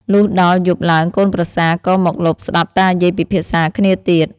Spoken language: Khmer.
លុះដល់យប់ឡើងកូនប្រសាក៏មកលបស្តាប់តាយាយពិភាក្សាគ្នាទៀត។